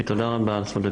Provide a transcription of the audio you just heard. תודה רבה על זכות הדיבור.